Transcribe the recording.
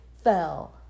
fell